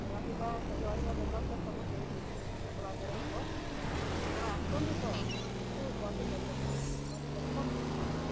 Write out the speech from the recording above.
ରହିବା ରହିବା ବ୍ୟବସ୍ଥା ସବୁ ସେଇଠି ଭଲ ବାଗେରେ ହେବ ଆପଣ ଆସନ୍ତୁ ତ ଆସନ୍ତୁ କରି ଦେଖନ୍ତୁ କରି ଦେଖନ୍ତୁ